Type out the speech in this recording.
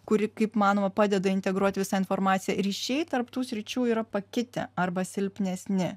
kuri kaip manoma padeda integruot visą informaciją ryšiai tarp tų sričių yra pakitę arba silpnesni